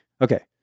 Okay